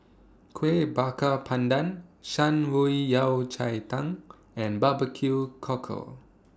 Kuih Bakar Pandan Shan Rui Yao Cai Tang and Barbecue Cockle